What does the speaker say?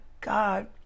God